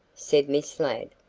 said miss ladd.